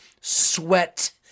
sweat